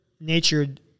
natured